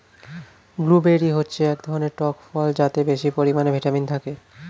blueberry হচ্ছে এক ধরনের টক ফল যাতে বেশি পরিমাণে ভিটামিন থাকে